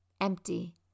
Empty